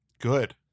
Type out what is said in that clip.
Good